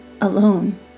alone